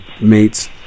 mates